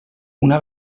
una